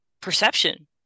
perception